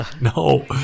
No